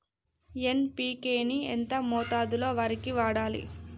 NPK ని ఎంత మోతాదులో వరికి వాడాలి?